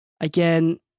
Again